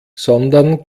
sondern